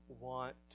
want